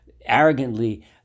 arrogantly